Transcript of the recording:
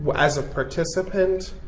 but as a participant,